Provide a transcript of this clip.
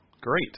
Great